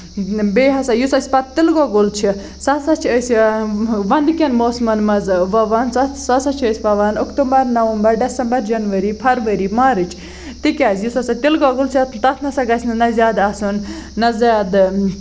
بیٚیہِ ہسا یُس اَسہِ پَتہٕ تِلہٕ گۄگُل چھُ سُہ سا چھِ أسۍ وَندٕ کین موسمَن منٛز وۄوان سُہ ہسا چھِ أسۍ وۄوان اَکتومبر نَومبر دیسمبر جنؤری فرؤری مارٕچ تِکیازِ یُس ہسا تِلہٕ گۄگُل چھُ تَتھ نہ سا گژھِ نہ زیادٕ آسُن نہ زیادٕ